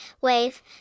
Wave